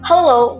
Hello